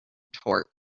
torque